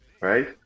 Right